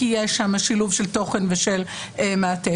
כי יש שם שילוב של תוכן ושל מעטפת,